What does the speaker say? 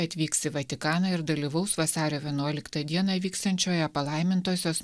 atvyks į vatikaną ir dalyvaus vasario vienuoliktą dieną vyksiančioje palaimintosios